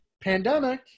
pandemic